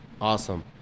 Awesome